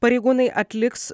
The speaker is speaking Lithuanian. pareigūnai atliks